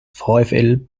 vfl